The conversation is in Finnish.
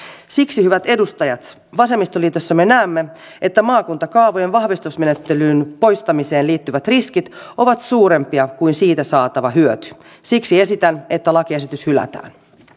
siksi hyvät edustajat vasemmistoliitossa me näemme että maakuntakaavojen vahvistusmenettelyn poistamiseen liittyvät riskit ovat suurempia kuin siitä saatava hyöty siksi esitän että lakiesitys hylätään